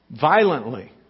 Violently